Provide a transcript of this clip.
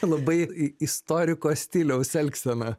labai istoriko stiliaus elgsena